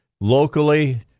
locally